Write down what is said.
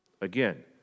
Again